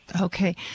Okay